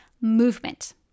movement